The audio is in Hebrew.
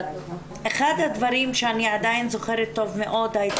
אחד הדברים שאני עדיין זוכרת טוב מאוד היה